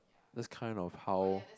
that's kind of how